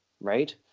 Right